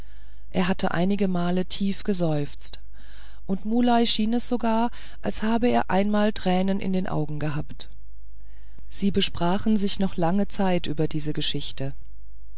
er hatte einigemal tief geseufzt und muley schien es sogar als habe er einmal tränen in den augen gehabt sie besprachen sich noch lange zeit über diese geschichte